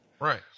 Right